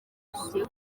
tugiye